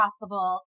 possible